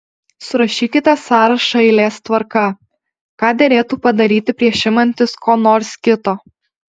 surašykite sąrašą eilės tvarka ką derėtų padaryti prieš imantis ko nors kito